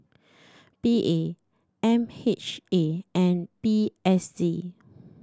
P A M H A and P S D